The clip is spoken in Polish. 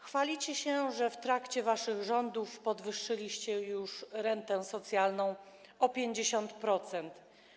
Chwalicie się, że w trakcie waszych rządów już podwyższyliście rentę socjalną o 50%.